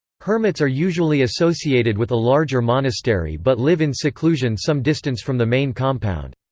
hermits are usually associated with a larger monastery but live in seclusion some distance from the main compound.